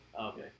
Okay